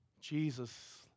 Jesus